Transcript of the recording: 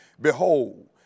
Behold